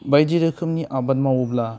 बायदि रोखोमनि आबाद मावोब्ला